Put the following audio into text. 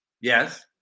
Yes